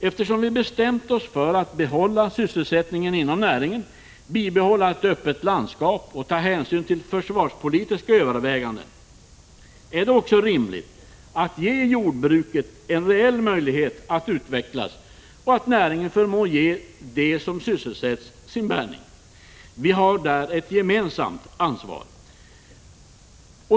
Eftersom vi har bestämt oss för att behålla sysselsättningen inom näringen, bevara ett öppet landskap och ta hänsyn till försvarspolitiska överväganden, är det också rimligt att vi låter jordbruket få en reell möjlighet att utvecklas, så att näringen förmår ge dem som sysselsätts sin bärgning. Vi har här ett gemensamt ansvar.